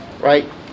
right